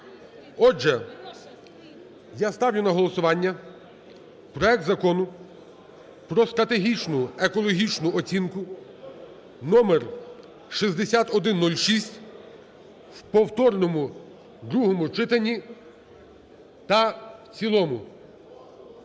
Отже, я ставлю на голосування проект Закону стратегічну екологічну оцінку (№6106) в повторному другому читанні та в цілому.